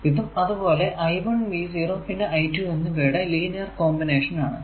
ഇതും അതുപോലെ I1 V0 പിന്നെ I2 എന്നിവയുടെ ലീനിയർ കോമ്പിനേഷൻ ആണ്